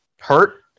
hurt